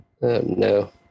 no